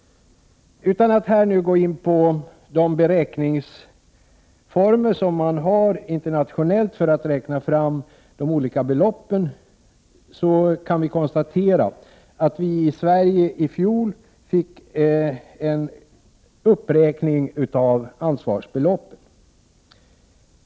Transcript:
Utan att här gå in på de beräkningsformer som man har internationellt för att räkna fram de olika beloppen, kan vi konstatera att vi i Sverige i fjol fick en uppräkning av ansvarsbeloppen.